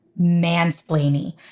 mansplaining